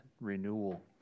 renewal